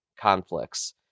conflicts